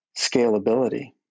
scalability